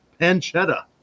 Pancetta